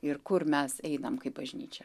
ir kur mes einam kaip bažnyčia